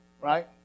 right